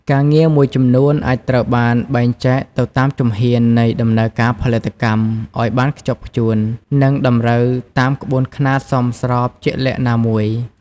ការងារមួយចំនួនអាចត្រូវបានបែងចែកទៅតាមជំហាននៃដំណើរការផលិតកម្មឱ្យបានខ្ជាប់ខ្ជួន និងតម្រូវតាមក្បួនខ្នាតសមស្របជាក់លាក់ណាមួយ។